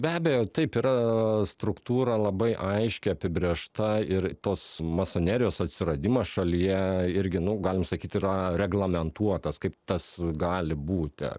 be abejo taip yra struktūra labai aiškiai apibrėžta ir tos masonerijos atsiradimas šalyje irgi nu galim sakyt yra reglamentuotas kaip tas gali būti